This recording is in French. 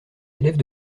élèves